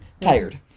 tired